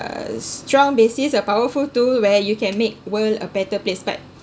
a strong basis a powerful tool where you can make world a better place but